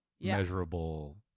measurable